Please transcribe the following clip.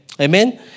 Amen